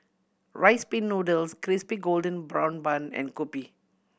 Rice Pin Noodles Crispy Golden Brown Bun and kopi